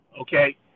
okay